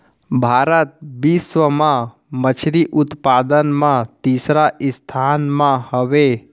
भारत बिश्व मा मच्छरी उत्पादन मा तीसरा स्थान मा हवे